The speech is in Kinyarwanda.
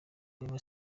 wema